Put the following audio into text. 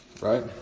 right